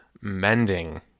mending